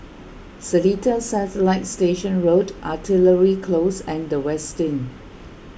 Seletar Satellite Station Road Artillery Close and the Westin